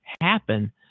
happen